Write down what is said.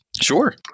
Sure